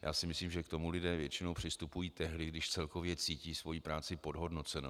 Já si myslím, že k tomu lidé většinou přistupují tehdy, když celkově cítí svoji práci podhodnocenou.